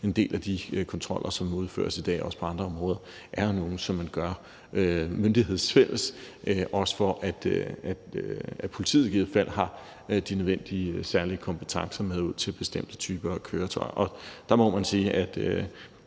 En del af de kontroller, som også på andre områder udføres i dag, er nogle, man foretager myndighedsfælles, også for at politiet i givet fald har de nødvendige og særlige kompetencer med ud til bestemte typer af køretøjer. Og der må man sige, at